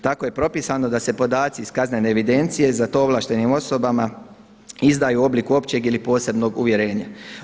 Tako je propisano da se podaci iz kaznene evidencije za to ovlaštenim osobama izdaju u obliku općeg ili posebnog uvjerenja.